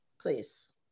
please